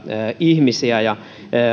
ihmisiä